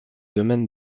domaine